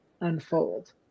unfold